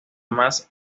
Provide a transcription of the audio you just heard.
más